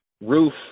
roof